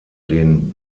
denen